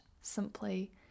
simply